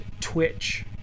twitch